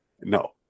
No